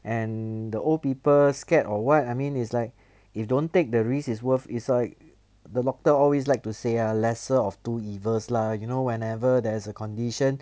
and the old people scared or what I mean is like if don't take the risk is worth is like the doctor always like to say ah lesser of two evils lah you know whenever there's a condition